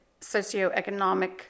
socioeconomic